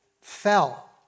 fell